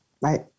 Right